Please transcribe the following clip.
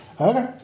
Okay